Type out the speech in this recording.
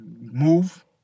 Move